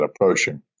approaching